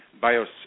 bios